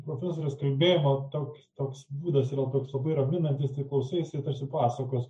profesorės kalbėjimo toks toks būdas toks labai raminantis tai klausaisi tarsi pasakos